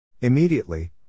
Immediately